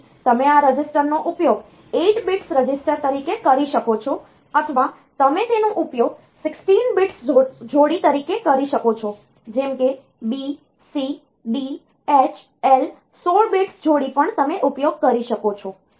તેથી તમે આ રજિસ્ટરનો ઉપયોગ 8 bits રજિસ્ટર તરીકે કરી શકો છો અથવા તમે તેનો ઉપયોગ 16 bits જોડી તરીકે કરી શકો છો જેમ કે B C D H L 16 bits જોડી પણ તમે ઉપયોગ કરી શકો છો